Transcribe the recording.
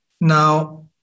Now